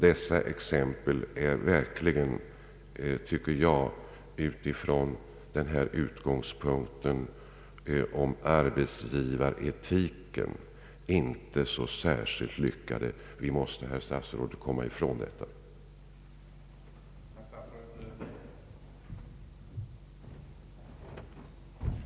Dessa exempel är verkligen, med utgångspunkt i arbetsgivaretiken, inte särskilt vackra. Vi måste, herr statsråd, komma ifrån detta förhållande.